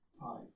Five